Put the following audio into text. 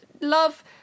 love